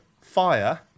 fire